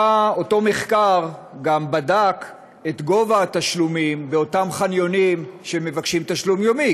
אותו מחקר גם בדק את גובה התשלומים באותם חניונים שמבקשים תשלום יומי,